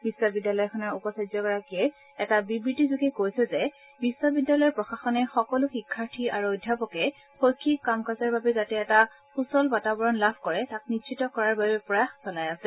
বিশ্ববিদ্যালয়খনৰ উপাচাৰ্যগৰাকীয়ে এটা বিবৃতিযোগে কৈছে যে বিশ্ববিদ্যালয় প্ৰশাসনে সকলো শিক্ষাৰ্থী আৰু অধ্যাপকে শৈক্ষিক কাম কাজৰ বাবে যাতে এটা সূচল বাতাবৰণ লাভ কৰে তাক নিশ্চিত কৰাৰ বাবে প্ৰয়াস চলাই আছে